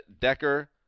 Decker